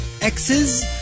X's